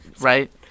right